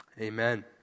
Amen